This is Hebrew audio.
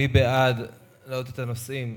מי בעד להעלות את הנושאים?